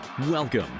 welcome